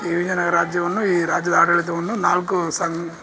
ಈ ವಿಜಯನಗರ ರಾಜ್ಯವನ್ನು ಈ ರಾಜ್ಯದ ಆಡಳಿತವನ್ನು ನಾಲ್ಕು ಸಂಗ